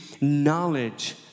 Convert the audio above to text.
knowledge